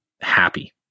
happy